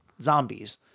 zombies